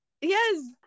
Yes